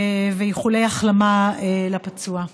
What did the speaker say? ואיחולי החלמה לפצוע.